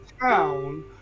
town